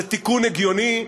תיקון הגיוני,